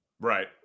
Right